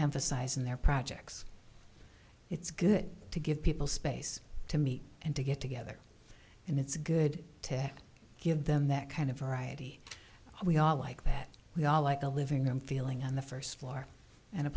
emphasize in their projects it's good to give people space to meet and to get together and it's good to give them that kind of variety we all like that we all like a living room feeling on the first floor and a